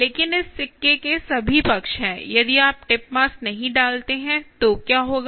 लेकिन इस सिक्के के सभी पक्ष हैं यदि आप टिप मास नहीं डालते हैं तो क्या होगा